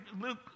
Luke